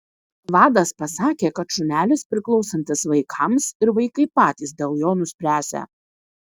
vadas pasakė kad šunelis priklausantis vaikams ir vaikai patys dėl jo nuspręsią